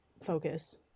focus